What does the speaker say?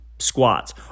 squats